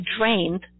drained